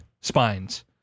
spines